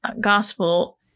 gospel